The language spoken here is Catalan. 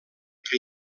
que